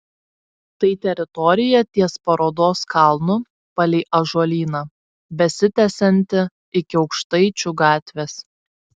tai teritorija ties parodos kalnu palei ąžuolyną besitęsianti iki aukštaičių gatvės